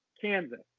Kansas